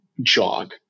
jog